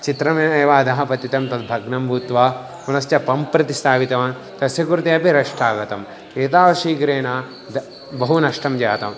चित्रमेव अधः पतितं तद्भग्नं भूत्वा पुनश्च पम्प् प्रति स्थापितवान् तस्य कृते अपि रष्ट् आगतम् एतावत् शीघ्रेण बहु नष्टं जातं